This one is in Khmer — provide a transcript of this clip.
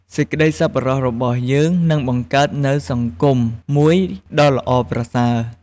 សេចក្តីសប្បុរសរបស់យើងនឹងបង្កើតនូវសង្គមមួយដ៏ល្អប្រសើរ។